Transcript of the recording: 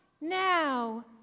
now